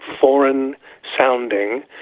foreign-sounding